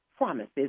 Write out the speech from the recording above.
Promises